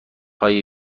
های